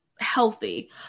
healthy